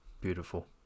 Beautiful